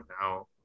now